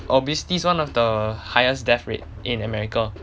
obesity is one of the highest death rate in america